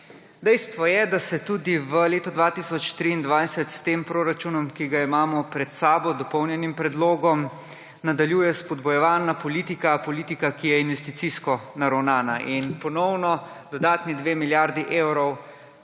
Dejstvo je, da se tudi v letu 2023 s tem proračunom, ki ga imamo pred sabo, dopolnjenim predlogom, nadaljuje spodbujevalna politika; politika, ki je investicijsko naravnana in ponovno dodatni dve milijardi evrov,